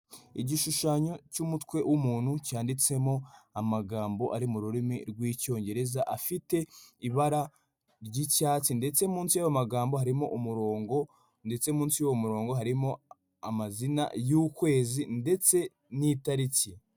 Igishushanyo cy'umutwe w'umuntu cyanditsemo amagambo ari mu rurimi rw'Icyongereza afite ibara ry'icyatsi, ndetse munsi y'ayo magambo harimo umurongo, ndetse munsi y'uwo murongo harimo amazina y'ukwezi ndetse n'itariki.